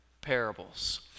parables